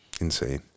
Insane